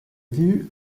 vue